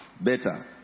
better